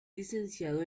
licenciado